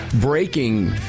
breaking